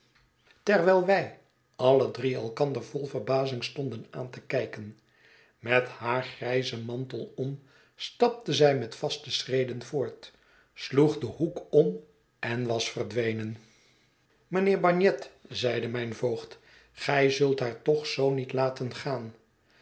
terwijl wij alle drie elkander vol verbazing stonden aan te kijken met haar grijzen mantel om stapte zij met vaste schreden voort sloeg den hoek om en was verdwenen bet verlaten huis mijnheer bagnet zeide mijn voogd gij zult haar toch zoo niet laten gaan